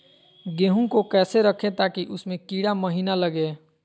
गेंहू को कैसे रखे ताकि उसमे कीड़ा महिना लगे?